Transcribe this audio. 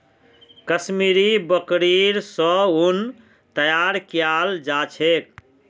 कश्मीरी बकरि स उन तैयार कियाल जा छेक